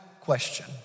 question